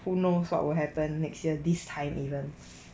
who knows what will happen next year this time even